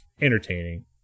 entertaining